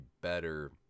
better